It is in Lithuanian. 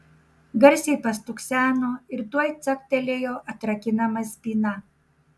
garsiai pastukseno ir tuoj caktelėjo atrakinama spyna